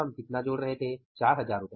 हम कितना जोड़ रहे थे 4000 रु